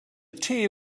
tea